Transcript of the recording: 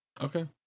Okay